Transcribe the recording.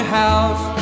house